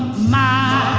my